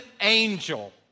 angel